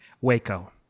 Waco